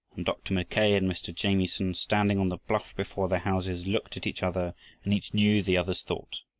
and dr. mackay and mr. jamieson, standing on the bluff before their houses, looked at each other and each knew the other's thought.